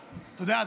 אתה יודע,